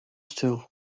still